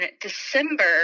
December